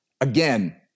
Again